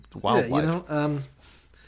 wildlife